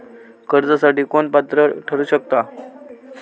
कर्जासाठी कोण पात्र ठरु शकता?